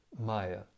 maya